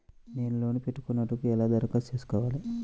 నేను లోన్ పెట్టుకొనుటకు ఎలా దరఖాస్తు చేసుకోవాలి?